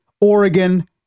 oregon